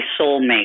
soulmate